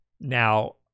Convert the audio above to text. Now